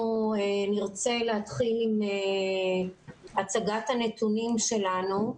אנחנו נרצה להתחיל בהצגת הנתונים שלנו.